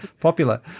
popular